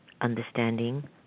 understanding